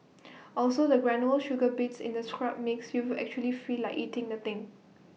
also the granular sugar bits in the scrub makes you actually feel like eating the thing